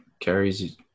carries